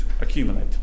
accumulate